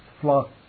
flock